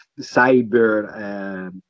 cyber